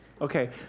Okay